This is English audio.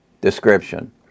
description